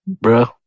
bro